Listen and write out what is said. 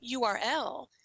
URL